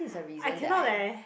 I cannot leh